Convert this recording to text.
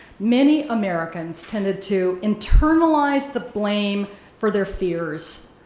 many americans tended to internalize the blame for their fears,